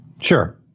Sure